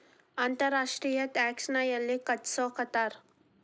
ಅಂತರ್ ರಾಷ್ಟ್ರೇಯ ಟ್ಯಾಕ್ಸ್ ನ ಯೆಲ್ಲಿ ಕಟ್ಟಸ್ಕೊತಾರ್?